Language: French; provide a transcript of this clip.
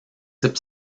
type